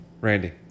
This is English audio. Randy